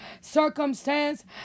circumstance